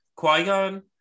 Qui-Gon